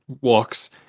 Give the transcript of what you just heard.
walks